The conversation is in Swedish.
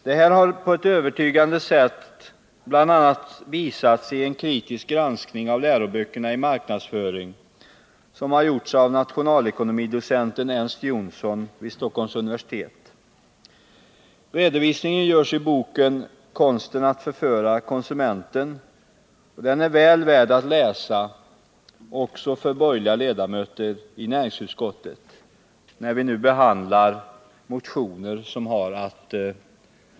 Detta har på ett övertygande sätt visats bl.a. i en kritisk granskning av läroböcker i marknadsföring som gjorts av nationalekonomidocenten Ernst Jonsson vid Stockholms universitet. Redovisningen görs i boken Konsten att förföra konsumenten, och den är väl värd att läsas också av de borgerliga ledamöterna i näringsutskottet, när vi nu behandlar motioner som Har att.